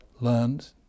learned